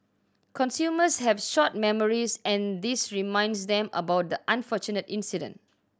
consumers have short memories and this reminds them about the unfortunate incident